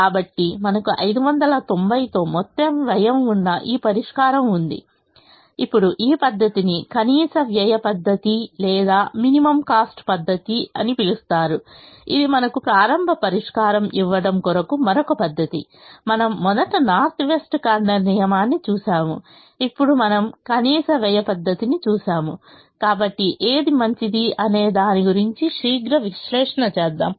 కాబట్టి మనకు 590 తో మొత్తం వ్యయం ఉన్న ఈ పరిష్కారం ఉంది ఇప్పుడు ఈ పద్ధతిని కనీస వ్యయ పద్ధతి లేదా తక్కువ ఖర్చు పద్ధతి అని పిలుస్తారు ఇది మనకు ప్రారంభ పరిష్కారం ఇవ్వడం కొరకు మరొక పద్ధతి మనము మొదట నార్త్ వెస్ట్ కార్నర్ నియమాన్ని చూశాము ఇప్పుడు మనం కనీస వ్యయ పద్ధతిని చూశాము కాబట్టి ఏది మంచిది అనేదాని గురించి శీఘ్ర విశ్లేషణ చేద్దాం